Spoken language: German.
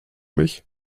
mich